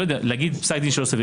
להגיד פסק דין לא סביר.